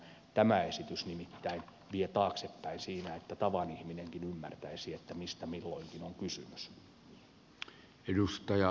tämä esitys nimittäin vie taaksepäin siinä että tavan ihminenkin ymmärtäisi mistä milloinkin on kysymys